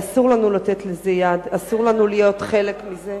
אסור לנו לתת לזה יד, אסור לנו להיות חלק מזה.